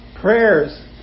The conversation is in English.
prayers